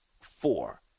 four